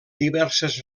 diverses